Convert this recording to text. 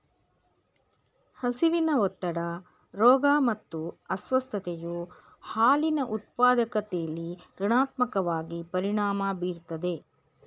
ಹಸಿವಿನ ಒತ್ತಡ ರೋಗ ಮತ್ತು ಅಸ್ವಸ್ಥತೆಯು ಹಾಲಿನ ಉತ್ಪಾದಕತೆಲಿ ಋಣಾತ್ಮಕವಾಗಿ ಪರಿಣಾಮ ಬೀರ್ತದೆ